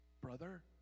brother